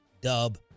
dub